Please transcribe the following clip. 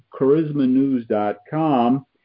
charismanews.com